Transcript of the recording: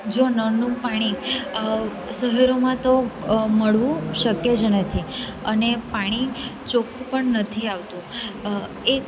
જો નળનું પાણી શહેરોમાં તો મળવું શક્ય જ નથી અને પાણી ચોખ્ખું પણ નથી આવતું એ